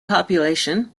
population